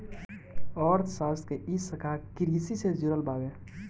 अर्थशास्त्र के इ शाखा कृषि से जुड़ल बावे